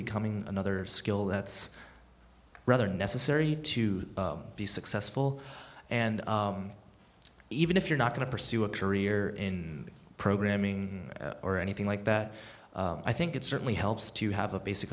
becoming another skill that's rather necessary to be successful and even if you're not going to pursue a career in programming or anything like that i think it certainly helps to have a basic